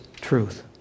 truth